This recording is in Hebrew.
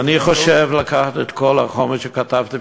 אני חושב לקחת את כל החומר שכתבתי,